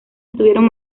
estuvieron